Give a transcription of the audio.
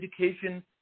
education